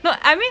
no I mean